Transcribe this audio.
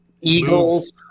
Eagles